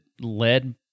led